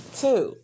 two